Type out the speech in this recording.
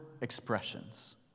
expressions